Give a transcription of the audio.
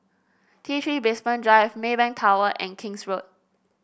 T Three Basement Drive Maybank Tower and King's Road